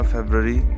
February